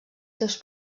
seus